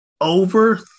over